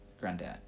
Granddad